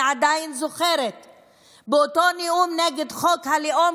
אני עדיין זוכרת באותו נאום נגד חוק הלאום,